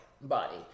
Body